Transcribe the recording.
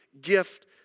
gift